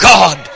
God